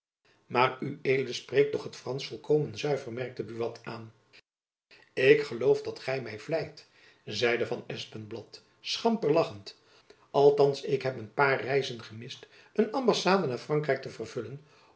maar ued spreekt toch het fransch volkomen zuiver merkte buat aan ik geloof dat gy my vleit zeide van espenblad schamper lachend althands ik heb een paar reizen gemist een ambassade naar frankrijk te vervullen